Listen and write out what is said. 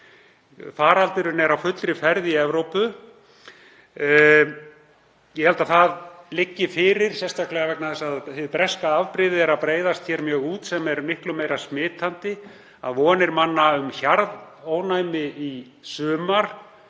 landsmenn. Faraldurinn er á fullri ferð í Evrópu. Ég held að það liggi fyrir, sérstaklega vegna þess að hið breska afbrigði er að breiðast mjög út sem er miklu meira smitandi, að vonir manna um hjarðónæmi í sumar